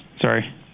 Sorry